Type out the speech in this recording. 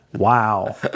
Wow